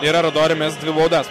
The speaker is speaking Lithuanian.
ir ardori mes dvi baudas